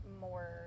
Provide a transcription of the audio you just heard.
more